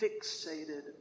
fixated